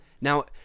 Now